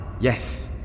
Yes